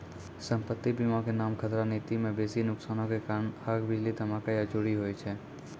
सम्पति बीमा के नाम खतरा नीति मे बेसी नुकसानो के कारण आग, बिजली, धमाका या चोरी होय छै